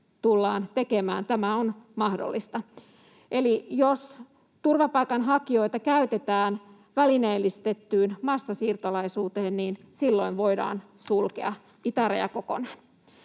tullaan tekemään — tämä on mahdollista. Eli jos turvapaikanhakijoita käytetään välineellistettyyn massasiirtolaisuuteen, niin silloin voidaan sulkea itäraja kokonaan.